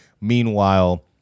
Meanwhile